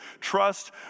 trust